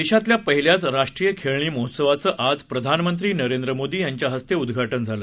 देशातल्या पहिल्याच राष्ट्रीय खेळणी महोत्सवाचं आज प्रधानमंत्री नरेंद्र मोदी यांच्या हस्ते उद्घाटन झालं